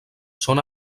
són